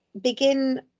begin